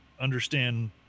understand